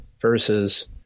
versus